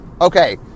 Okay